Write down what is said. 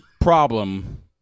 problem